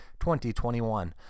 2021